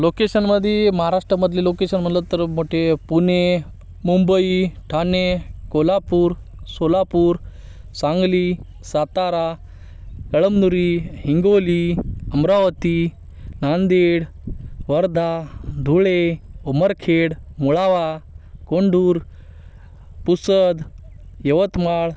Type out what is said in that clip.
लोकेशनमध्ये महाराष्ट्रामधली लोकेशन म्हणलं तर मोठे पुणे मुंबई ठाणे कोल्हापूर सोलापूर सांगली सातारा कळमनुरी हिंगोली अमरावती नांदेड वर्धा धुळे उमरखेड मुळावा कोंडूर पुसद यवतमाळ